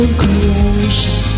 creation